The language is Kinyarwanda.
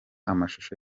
amashusho